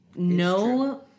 No